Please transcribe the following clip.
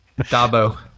Dabo